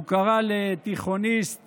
קרא לתיכוניסט